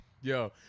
Yo